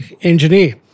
engineer